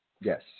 Yes